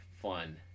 fun